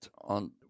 on